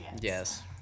Yes